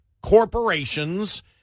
corporations